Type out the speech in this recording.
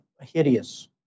hideous